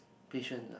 patient ah